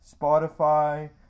Spotify